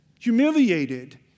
humiliated